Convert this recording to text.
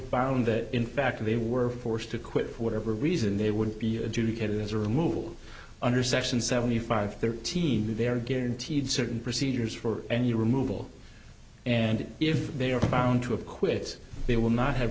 found that in fact they were forced to quit for whatever reason they would be adjudicated as a removal under section seventy five thirteen they are guaranteed certain procedures for any removal and if they are found to acquit they will not have